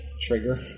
trigger